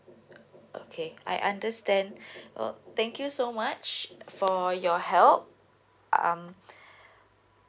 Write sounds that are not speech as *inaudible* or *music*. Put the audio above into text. okay I understand *breath* uh thank you so much for your help um